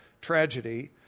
tragedy